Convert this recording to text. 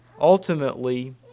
ultimately